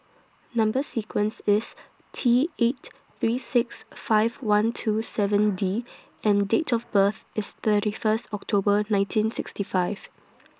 Number sequence IS T eight three six five one two seven D and Date of birth IS thirty First October nineteen sixty five